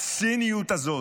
הציניות הזאת,